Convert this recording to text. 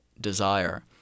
desire